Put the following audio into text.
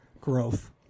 Growth